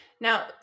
Now